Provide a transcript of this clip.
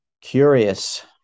curious